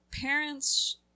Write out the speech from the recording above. parents